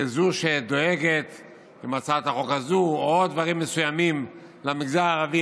כזו שדואגת עם הצעת החוק הזו ועוד דברים מסוימים למגזר הערבי,